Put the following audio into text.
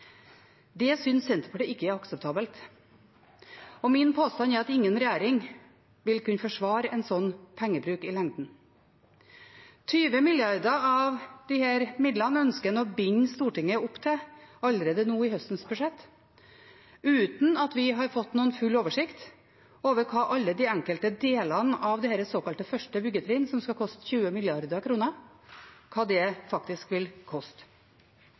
Det syns Senterpartiet ikke er akseptabelt. Min påstand er at ingen regjering vil kunne forsvare en slik pengebruk i lengden. 20 mrd. kr av disse midlene ønsker en å binde Stortinget opp til allerede nå i høstens budsjett, uten at vi har fått noen full oversikt over hva alle de enkelte delene av dette såkalte første byggetrinn, som skal koste 20 mrd. kr, faktisk vil koste.